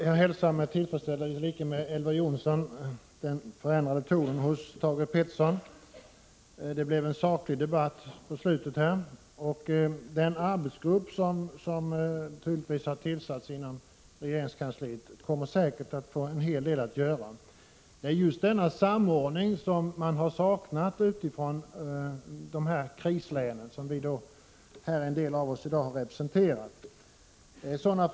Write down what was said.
Herr talman! I likhet med Elver Jonsson hälsar jag med tillfredsställelse den förändrade tonen hos Thage Peterson. Det blev en saklig debatt mot slutet. Den arbetsgrupp som har tillsatts inom regeringskansliet kommer säkert att få en hel del att göra. Det är just denna samordning som man har saknat i krislänen, vilka en del av oss representerar här i dag.